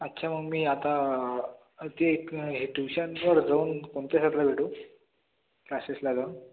अच्छा मग मी आता ते एक ट्युशनवर जाऊन कोणत्या सरला भेटू क्लासेसला जाऊन